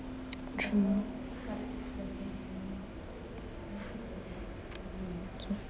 true okay